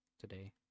today